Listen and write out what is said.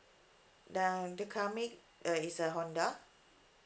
the the car make uh is a Honda